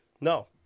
No